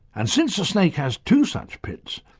and since the snake has two such pits,